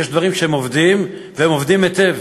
כי יש דברים שהם עובדים, והם עובדים היטב.